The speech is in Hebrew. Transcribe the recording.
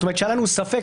כלומר כשהיה לנו ספק,